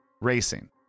racing